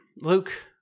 Luke